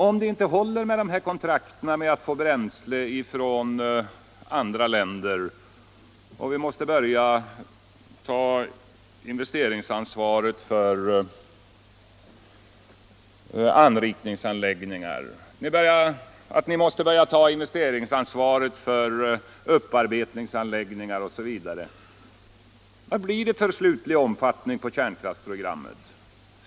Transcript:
Om det inte håller med bränslekontrakten från andra länder och ni därför måste börja att ta investeringsansvaret för anrikningsanläggningar och upparbetningsanläggningar, vad blir det då för slutlig omfattning på kärnkraftsprogrammet?